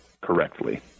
correctly